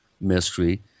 mystery